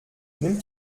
nimmst